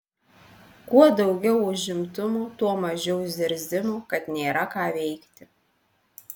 kuo daugiau užimtumo tuo mažiau zirzimo kad nėra ką veikti